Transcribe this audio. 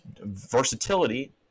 Versatility